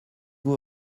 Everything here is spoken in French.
vous